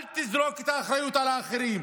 אל תזרוק את האחריות על האחרים,